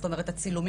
זאת אומרת הצילומים,